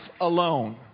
alone